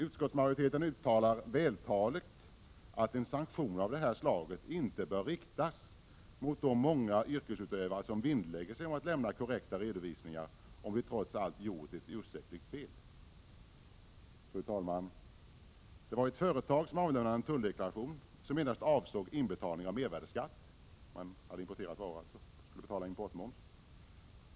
Utskottsmajoriteten uttalar vältaligt att en sanktion av detta slag inte bör riktas mot de många yrkesutövare som vinnlägger sig om att lämna korrekta redovisningar om de trots allt gjort ett ursäktligt fel. Fru talman! Ett företag avlämnade en tulldeklaration som endast avsåg inbetalning av mervärdeskatt. Det gällde en importerad vara, och han skulle betala importmoms.